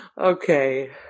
Okay